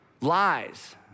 Lies